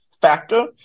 factor